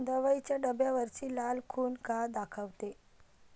दवाईच्या डब्यावरची लाल खून का दाखवते?